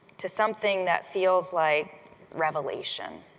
to something that feels like revelation.